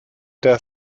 der